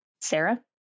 Sarah